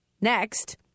Next